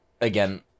again